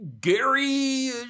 gary